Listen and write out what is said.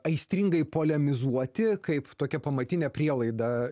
aistringai polemizuoti kaip tokia pamatinė prielaida